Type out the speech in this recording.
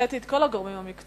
הנחיתי את כל הגורמים המקצועיים,